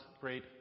great